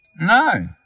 No